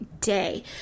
day